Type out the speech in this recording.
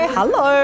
Hello